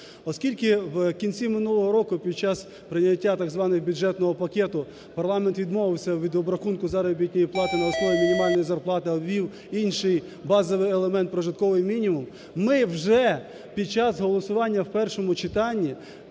Оскільки в кінці минулого року під час прийняття, так званого, бюджетного пакету, парламент відмовився від обрахунку заробітної плати на основі мінімальної зарплати, а ввів інший базовий елемент, прожитковий мінімум. Ми вже під час голосування в першому читанні